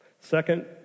Second